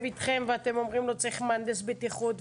איתכם ואתם אומרים לו: צריך מהנדס בטיחות,